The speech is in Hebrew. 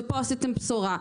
ונתתם בשורה.